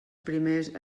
primers